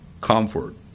comfort